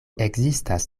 ekzistas